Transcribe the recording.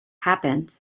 happened